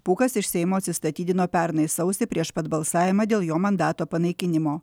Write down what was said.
pūkas iš seimo atsistatydino pernai sausį prieš pat balsavimą dėl jo mandato panaikinimo